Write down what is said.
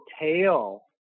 tail